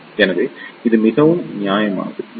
எனவே இது மிகவும் நியாயமானது